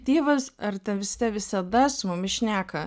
dievas ar ta visata visada su mumis šneka